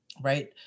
right